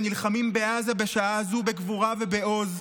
ונלחמים בעזה בשעה הזו בגבורה ובעוז,